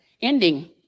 ending